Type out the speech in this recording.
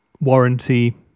warranty